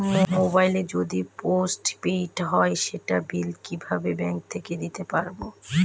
Mobile যদি post paid হয় সেটার বিল কিভাবে ব্যাংক থেকে দিতে পারব?